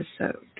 episode